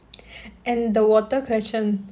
and the water question